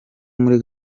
muri